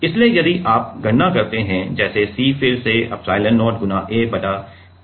इसलिए यदि आप गणना करते हैं जैसे C फिर से एप्सिलोन0 A बटा g के बराबर है